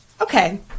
okay